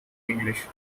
english